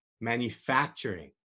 manufacturing